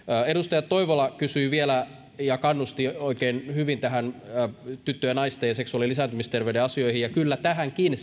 edustaja toivola kannusti oikein hyvin tyttöjen ja naisten ja seksuaali ja lisääntymisterveyden asioihin ja kysyi niistä kyllä tähänkin